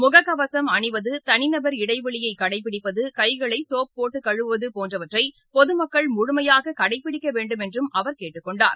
முகக்கவசம் அணிவது தனிநபர் இடைவெளியைபிடிப்பது கைகளைசோப் போட்டுகழுவுவதபோன்றவற்றைபொதமக்கள் முழுமையாககடைபிடிக்கவேண்டும் என்றும் அவர் கேட்டுக் கொண்டார்